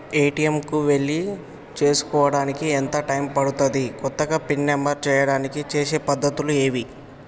ATM కు వెళ్లి చేసుకోవడానికి ఎంత టైం పడుతది? కొత్తగా పిన్ నంబర్ చేయడానికి చేసే పద్ధతులు ఏవి?